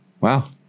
Wow